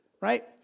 right